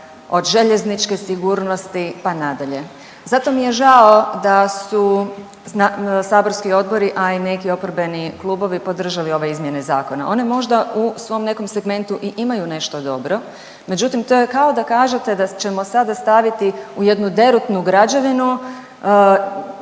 od željezničke sigurnosti, pa nadalje. Zato mi je žao da su saborski odbori, a i neki oporbeni klubovi podržali ove izmjene zakona. One možda u svom nekom segmentu i imaju nešto dobro, međutim to je kao da kažete da ćemo sada staviti u jednu derutnu građevinu